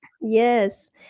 Yes